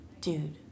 dude